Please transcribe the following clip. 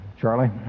Charlie